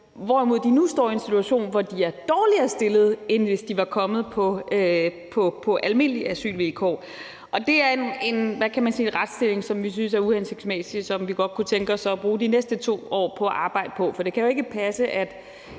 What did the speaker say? hvorimod de nu står i en situation, hvor de er dårligere stillet, end hvis de var kommet på almindelige asylvilkår. Det er en retsstilling, som vi synes er uhensigtsmæssig, og som vi godt kunne tænke os at bruge de næste 2 år på at arbejde på, for det kan jo ikke passe, at